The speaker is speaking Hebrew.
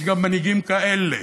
יש גם מנהיגים כאלה.